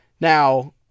Now